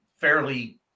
fairly